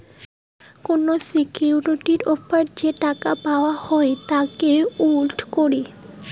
কোন সিকিউরিটির ওপর যে টাকা পাওয়াঙ হই তাকে ইল্ড কহি